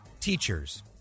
teachers